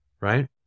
right